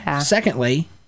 Secondly